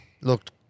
Looked